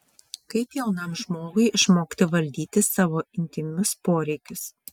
kaip jaunam žmogui išmokti valdyti savo intymius poreikius